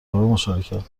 مشارکت